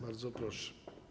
Bardzo proszę.